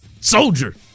Soldier